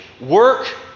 work